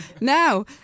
Now